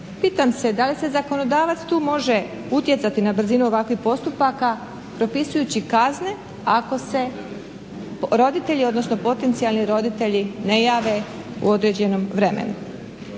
Pitam se da li zakonodavac tu može utjecati na brzinu ovakvih postupaka propisujući kazne ako se roditelji, odnosno potencijalni roditelji ne jave u određenom vremenu.